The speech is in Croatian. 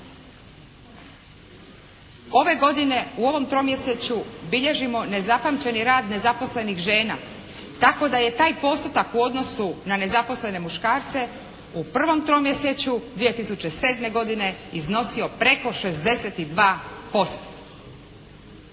Ove godine u ovom tromjesečju bilježimo nezapamćeni rad nezaposlenih žena tako da je taj postotak u odnosu na nezaposlene muškarce u prvom tromjesečju 2007. godine iznosio preko 62%.